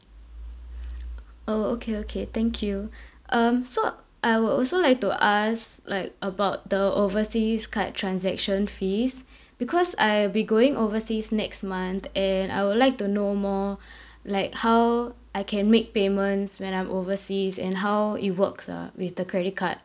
orh okay okay thank you um so I would also like to ask like about the overseas card transaction fees because I'll be going overseas next month and I would like to know more like how I can make payments when I'm overseas and how it works ah with the credit card